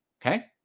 Okay